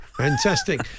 Fantastic